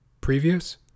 Previous